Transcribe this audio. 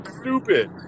Stupid